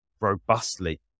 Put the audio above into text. robustly